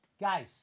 Guys